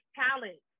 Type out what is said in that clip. talent